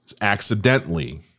accidentally